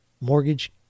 mortgage